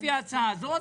לפי ההצעה הזאת,